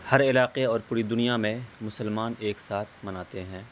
ہر علاقے اور پوری دنیا میں مسلمان ایک ساتھ مناتے ہیں